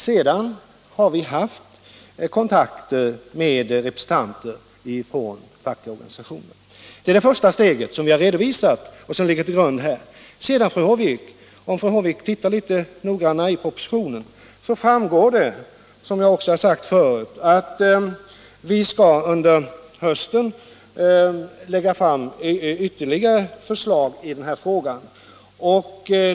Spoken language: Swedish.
Därpå har vi haft kontakter med representanter för arbetsmarknadens organisationer. Detta är det första steget som vi har redovisat och som har legat till grund för propositionen. Om fru Håvik ser efter litet mera noggrant i propositionen finner hon att det där framgår — vilket jag också har sagt förut — att vi under hösten skall lägga fram ytterligare förslag i frågan.